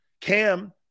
Cam